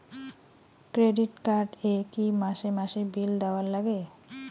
Credit card এ কি মাসে মাসে বিল দেওয়ার লাগে?